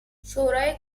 شورای